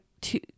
two